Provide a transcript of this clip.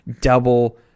double